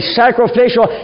sacrificial